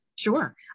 Sure